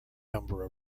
number